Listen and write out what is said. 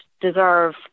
deserve